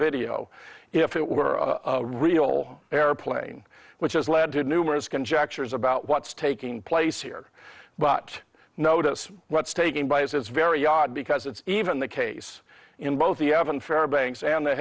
video if it were a real airplane which has led to numerous conjectures about what's taking place here but notice what's taken by is very odd because it's even the case in both the evan for banks and the